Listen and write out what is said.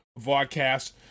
vodcast